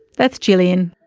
that's gillian.